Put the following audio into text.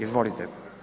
Izvolite.